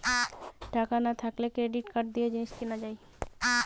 টাকা না থাকলে ক্রেডিট কার্ড দিয়ে জিনিস কিনা যায়